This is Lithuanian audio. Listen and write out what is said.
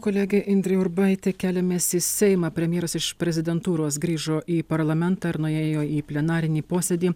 kolegė indrė urbaitė keliamės į seimą premjeras iš prezidentūros grįžo į parlamentą ir nuėjo į plenarinį posėdį